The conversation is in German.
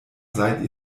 seit